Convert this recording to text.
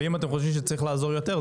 ואם אתם חושבים שצריך לעזור יותר,